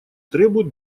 требуют